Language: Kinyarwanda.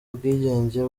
ubwigenge